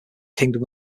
kingdom